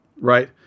right